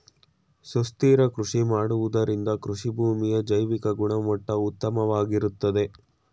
ಸುಸ್ಥಿರ ಕೃಷಿ ಮಾಡುವುದರಿಂದ ಕೃಷಿಭೂಮಿಯ ಜೈವಿಕ ಗುಣಮಟ್ಟ ಉತ್ತಮವಾಗಿರುತ್ತದೆ